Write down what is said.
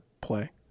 play